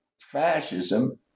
fascism